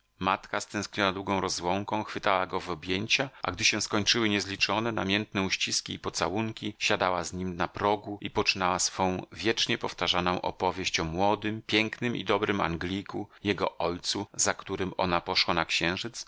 matka stęskniona długą rozłąką chwytała go w objęcia a gdy się skończyły niezliczone namiętne uściski i pocałunki siadała z nim na progu i poczynała swą wiecznie powtarzaną opowieść o młodym pięknym i dobrym angliku jego ojcu za którym ona poszła na księżyc